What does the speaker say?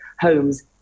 homes